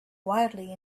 wildly